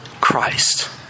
Christ